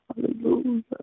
hallelujah